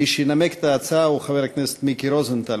מי שינמק את ההצעה הוא חבר הכנסת מיקי רוזנטל.